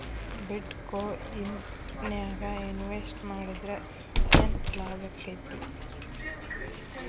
ಬಿಟ್ ಕೊಇನ್ ನ್ಯಾಗ್ ಇನ್ವೆಸ್ಟ್ ಮಾಡಿದ್ರ ಯೆನ್ ಲಾಭಾಕ್ಕೆತಿ?